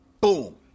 boom